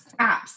apps